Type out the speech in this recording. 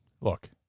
look